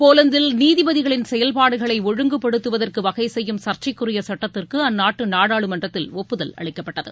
போலந்தில் நீதிபதிகளின் செயல்பாடுகளை ஒழுங்குபடுத்துவதற்கு வகை செய்யும் சர்ச்சைக்குரிய சட்டத்திற்கு அந்நாட்டு நாடாளுமன்றத்தில் ஒப்புதல் அளிக்கப்பட்டது